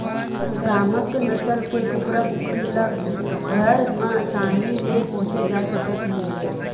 संकरामक नसल के कुकरा कुकरी ल घर म असानी ले पोसे जा सकत हे